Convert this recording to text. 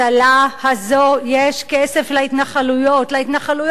לממשלה הזאת יש כסף להתנחלויות,